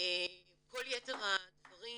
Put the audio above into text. כל יתר הדברים,